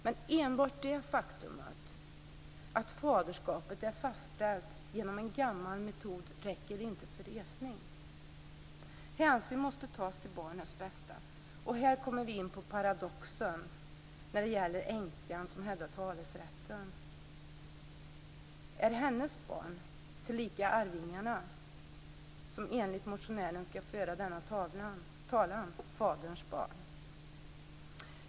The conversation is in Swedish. Men enbart det faktum att faderskapet är fastställt genom en gammal metod räcker inte för resning. Hänsyn måste tas till barnets bästa. Här kommer vi in på paradoxen när det gäller änkan som hävdar talerätten. Är hennes barn, tillika arvingarna, som enligt motionären skall föra denna talan, faderns barn?